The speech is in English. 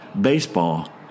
baseball